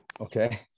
Okay